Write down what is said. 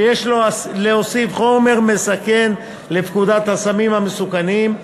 שיש להוסיף חומר מסכן לפקודת הסמים המסוכנים,